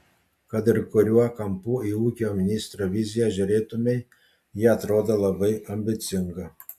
kad ir kuriuo kampu į ūkio ministro viziją žiūrėtumei ji atrodo labai ambicinga